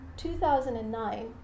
2009